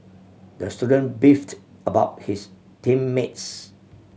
the student beefed about his team mates